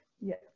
Yes